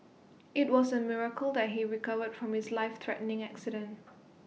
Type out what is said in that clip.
IT was A miracle that he recovered from his life threatening accident